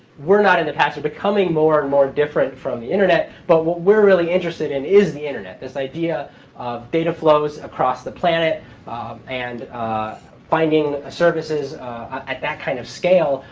we're not in the path of becoming more and more different from the internet. but what we're really interested in is the internet, this idea of data flows across the planet and finding services at that kind of scale,